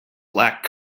lack